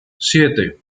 siete